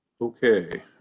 Okay